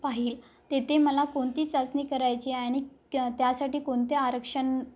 पाहील तेथे मला कोणती चाचणी करायची आणिक त्यासाठी कोणत्या आरक्षण